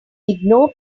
ignore